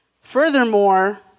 Furthermore